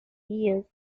years